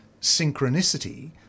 synchronicity